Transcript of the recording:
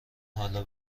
حالا